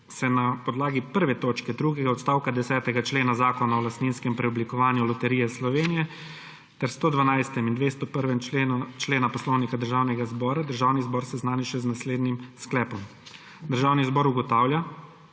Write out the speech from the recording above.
se na podlagi 1. točke drugega odstavka 10. člena Zakona o lastninskem preoblikovanju Loterije Slovenije ter 112. in 201. člena Poslovnika Državnega zbora Državni zbor seznani še za naslednjim sklepom: Državni zbor ugotavlja,